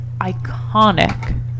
iconic